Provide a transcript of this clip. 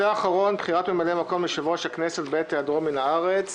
בחירת ממלא- מקום ליושב-ראש הכנסת בעת היעדרו מן הארץ